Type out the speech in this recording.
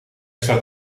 staat